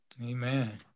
Amen